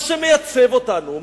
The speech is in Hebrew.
זה מה שמייצב אותנו,